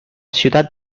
ciudad